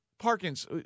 Parkins